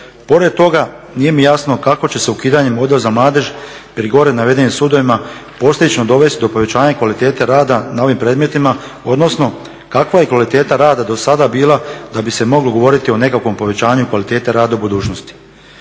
Pored toga nije mi jasno kako će se ukidanjem odjel za mladež pri gore navedenim sudovima posljedično dovesti do povećanja kvalitete rada na ovim predmetima odnosno kakva je kvaliteta rada do sada bila da bi se moglo govoriti o nekakvom povećanju kvalitete rada u budućnosti.